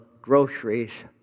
groceries